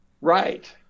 Right